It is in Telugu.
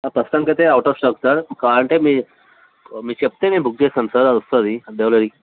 ప్రస్తుతానికి అయితే అవుట్ ఆఫ్ స్టాక్ సార్ కావాలంటే మీ మీరు చెప్తే నేను బుక్ చేస్తాను సార్ అది వస్తుంది డెలివరీ